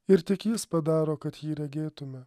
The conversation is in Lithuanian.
ir tik jis padaro kad jį regėtume